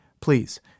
Please